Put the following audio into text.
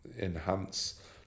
enhance